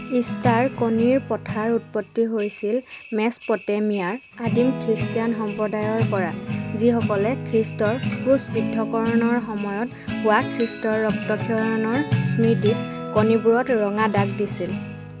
Easter কণীৰ প্ৰথাৰ উৎপত্তি হৈছিল মেচপ'টেমিয়াৰ আদিম খ্ৰীষ্টিয়ান সম্প্ৰদায়ৰপৰা যিসকলে খ্ৰীষ্টৰ ক্ৰুচবিদ্ধকৰণৰ সময়ত হোৱা খ্ৰীষ্টৰ ৰক্তক্ষৰণৰ স্মৃতিত কণীবোৰত ৰঙা দাগ দিছিল